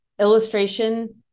illustration